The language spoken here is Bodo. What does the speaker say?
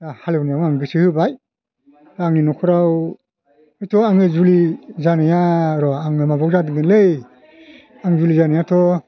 हालिवनायाव आं गोसो होबाय आंनि न'खराव हयथ' आङो जुलि जानाया र' आङो माबायाव जादोंगोनलै आं जुलि जानायाथ'